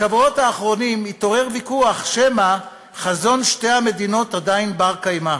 בשבועות האחרונים התעורר ויכוח שמא חזון שתי המדינות עדיין בר-קיימא.